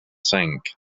cinq